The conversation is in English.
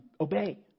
obey